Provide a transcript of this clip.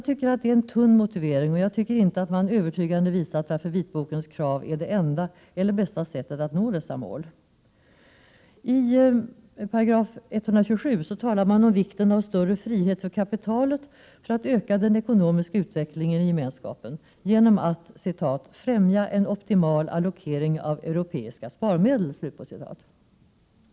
Det är en tunn motivering, och jag tycker inte att man övertygande har visat varför vitbokens krav är det enda eller bästa sättet att nå dessa mål. I § 127 talas om vikten av större frihet för kapitalet för att öka den ekonomiska utvecklingen i gemenskapen genom att ”främja en optimal allokering av europeiska sparmedel”.